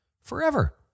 forever